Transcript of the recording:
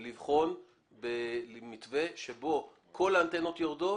ובמקביל לבחון מתווה שבו כל האנטנות יורדות